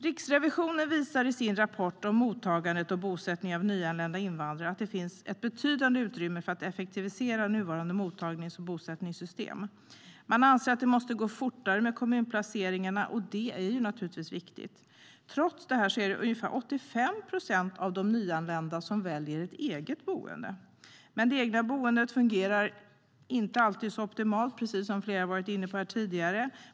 Riksrevisionen visar i sin rapport om mottagandet av och bosättning för nyanlända invandrare att det finns ett betydande utrymme för att effektivisera nuvarande mottagnings och bosättningssystem. Man anser att det måste gå fortare med kommunplaceringarna, och det är naturligtvis viktigt. Trots detta är det ungefär 85 procent av de nyanlända som väljer eget boende. Men det egna boendet fungerar inte alltid så optimalt, precis som flera har varit inne på tidigare.